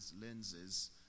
lenses